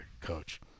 coach